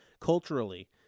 culturally